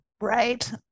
Right